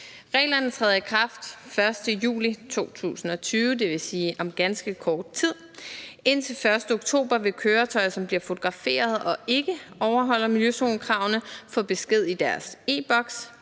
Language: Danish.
Reglerne træder i kraft den 1. juli 2020, dvs. om ganske kort tid. Indtil den 1. oktober vil køretøjer, som bliver fotograferet og ikke overholder miljøzonekravene, få besked i deres e-Boks.